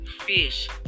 fish